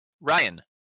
Ryan